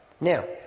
Now